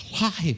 alive